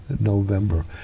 November